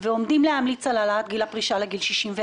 עקב אי-העלאת גיל הפרישה לנשים.